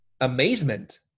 amazement